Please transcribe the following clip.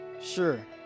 Sure